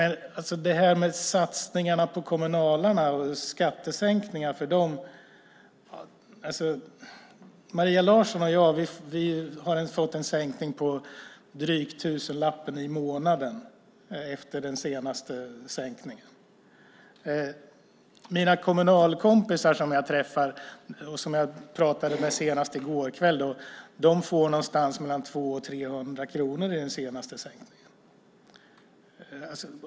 När det gäller satsningarna på kommunalarna och skattesänkningar för dem har Maria Larsson och jag fått en sänkning på drygt en tusenlapp i månaden efter den senaste sänkningen. Mina kommunalkompisar som jag träffar och som jag pratade med senast i går kväll får någonstans mellan 200 och 300 kronor i den senaste sänkningen.